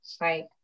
right